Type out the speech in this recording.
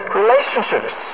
relationships